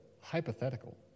hypothetical